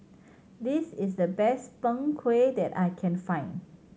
this is the best Png Kueh that I can find